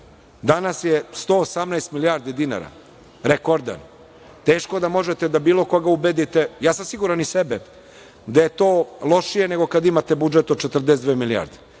danas je 118 milijardi dinara, rekordan. Teško da možete da bilo koga ubedite, ja sam siguran i sebe, da je to lošije nego kada imate budžet od 42 milijarde,